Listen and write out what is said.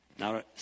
Now